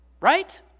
Right